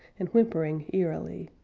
and whimpering eerily.